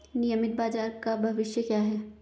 नियमित बाजार का भविष्य क्या है?